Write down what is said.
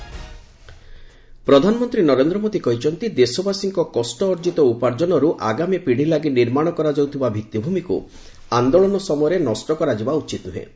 PM freight corridor ପ୍ରଧାନମନ୍ତ୍ରୀ ନରେନ୍ଦ୍ର ମୋଦୀ କହିଛନ୍ତି ଦେଶବାସୀଙ୍କ କଷ୍ଟ ଅର୍ଜିତ ଉପାର୍ଜନରୁ ଆଗାମୀ ପିଢ଼ିଲାଗି ନିର୍ମାଣ କରାଯାଉଥିବା ଭିଭିଭୂମିକୁ ଆନ୍ଦୋଳନ ସମୟରେ ନଷ୍ଟ କରାଯିବା ଉଚିତ୍ ନୁହେଁ